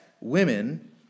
women